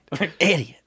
Idiot